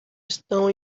estão